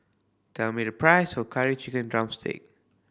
tell me the price of Curry Chicken drumstick